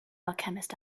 alchemist